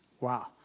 Wow